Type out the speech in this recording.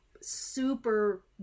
super